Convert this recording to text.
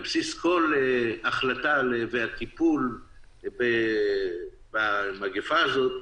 בבסיס כל החלטה והטיפול במגיפה הזאת,